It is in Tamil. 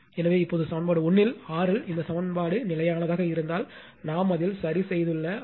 எனவே இப்போது சமன்பாடு 1 இல் RL இந்த சமன்பாடு நிலையானதாக இருந்தால் நாம் அதில் சரி செய்துள்ள ஆர்